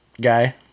guy